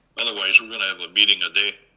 otherwise we're gonna have a meeting a day.